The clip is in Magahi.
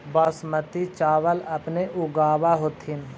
बासमती चाबल अपने ऊगाब होथिं?